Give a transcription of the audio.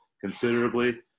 considerably